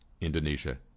Indonesia